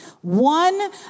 One